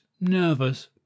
nervous